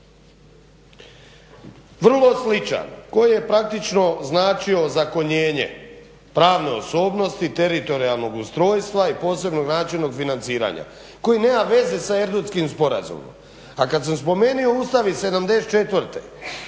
SDSS-a koji je praktično značio ozakonjenje pravne osobnosti teritorijalnog ustrojstva i posebnog načina financiranja koji nema veze sa Erdutskim sporazumom. A kad sam spomenuo Ustav iz '74.